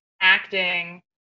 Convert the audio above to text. acting